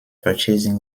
purchasing